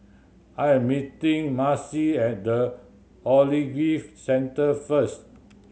I am meeting Marcy at The Ogilvy Centre first